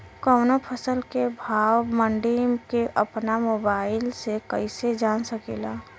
कवनो फसल के भाव मंडी के अपना मोबाइल से कइसे जान सकीला?